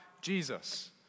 Jesus